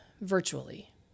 virtually